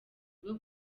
bwo